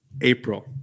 April